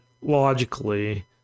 logically